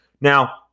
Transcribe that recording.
Now